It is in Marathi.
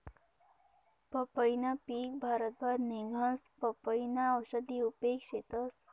पंपईनं पिक भारतभर निंघस, पपयीना औषधी उपेग शेतस